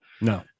No